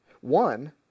One